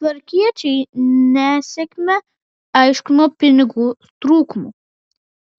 tvarkiečiai nesėkmę aiškino pinigų trūkumu